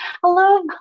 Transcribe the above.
Hello